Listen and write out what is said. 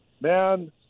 man